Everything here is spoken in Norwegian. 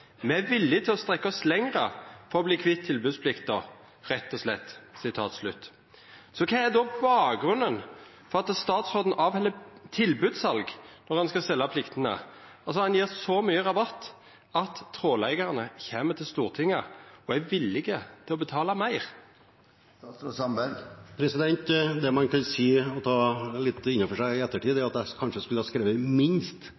Me er villige til å strekkja oss lenger for å verta kvitt tilbodsplikta rett og slett. Kva er då bakgrunnen for at statsråden held tilbodssal når han skal selja pliktene? Han gjev så mykje rabatt at tråleeigarane kjem til Stortinget og er villige til å betala meir? Det man i og for seg kan si litt i ettertid, er at jeg kanskje skulle skrevet minst